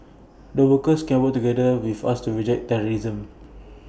the workers can work together with us to reject terrorism